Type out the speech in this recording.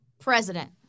president